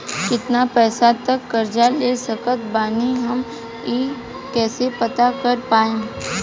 केतना पैसा तक कर्जा ले सकत बानी हम ई कइसे पता कर पाएम?